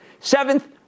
Seventh